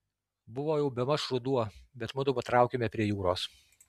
buvo jau bemaž ruduo bet mudu patraukėme prie jūros